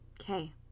Okay